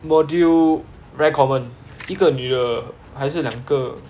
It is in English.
module very common 一个女的还是两个